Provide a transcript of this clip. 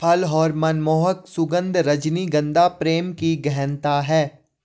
फल और मनमोहक सुगन्ध, रजनीगंधा प्रेम की गहनता है